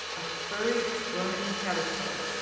a furry, squirming caterpillar.